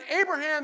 Abraham